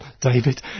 David